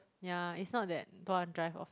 yeah is not that don't want to drive off